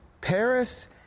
Paris